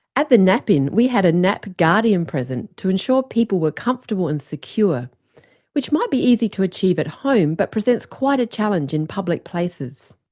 at the nap-in we had a nap guardian present to ensure people were comfortable and secure which might be easy to achieve at home but presents quite a challenge in public places.